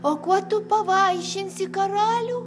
o kuo tu pavaišinsi karalių